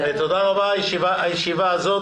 הישיבה ננעלה בשעה 11:37.